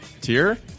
tier